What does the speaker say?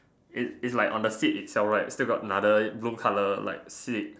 it it's like on the seat itself right still got blue color like seat